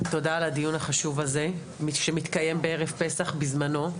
תודה על הדיון החשוב הזה שמתקיים בערב פסח בזמנו.